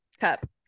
cup